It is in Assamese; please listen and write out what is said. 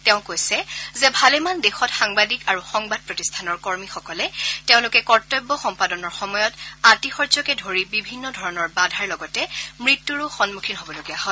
তেওঁ কৈছে যে ভালেমান দেশত সাংবাদিক আৰু সংবাদ প্ৰতিষ্ঠানৰ কৰ্মীসকলে তেওঁলোক কৰ্তব্য সম্পাদনৰ সময়ত আতিশায্যকে ধৰি বিভিন্ন ধৰণৰ বাধাৰ লগতে মৃত্যুৰো সন্মুখীন হ'বলগীয়া হয়